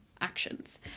actions